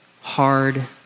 hard